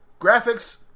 Graphics